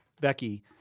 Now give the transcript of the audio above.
Becky